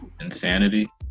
insanity